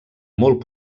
molt